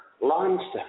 limestone